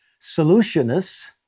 Solutionists